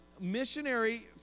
missionary